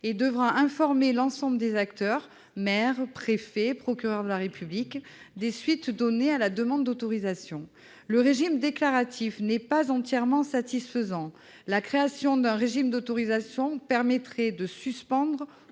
procureur de la République ... -des suites données à la demande d'autorisation. Le régime déclaratif n'est pas entièrement satisfaisant. La création d'un régime d'autorisation permettrait de suspendre